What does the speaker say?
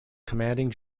commanding